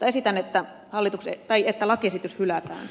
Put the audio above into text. esitän että lakiesitys hylätään